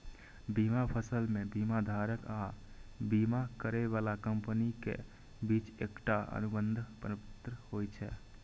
बीमा असल मे बीमाधारक आ बीमा करै बला कंपनी के बीच एकटा अनुबंध पत्र होइ छै